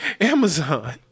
Amazon